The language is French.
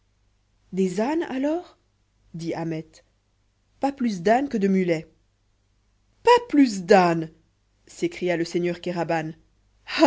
des ânes alors dit ahmet pas plus d'ânes que de mulets pas plus d'ânes s'écria le seigneur kéraban